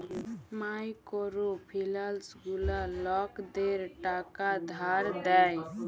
micro ফিলালস গুলা লকদের টাকা ধার দেয়